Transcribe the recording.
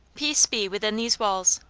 peace be within these walls!